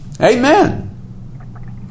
amen